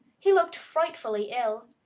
he looked frightfully ill.